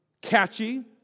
catchy